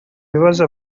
bibazo